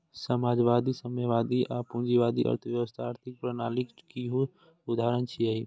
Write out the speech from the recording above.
समाजवादी, साम्यवादी आ पूंजीवादी अर्थव्यवस्था आर्थिक प्रणालीक किछु उदाहरण छियै